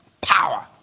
Power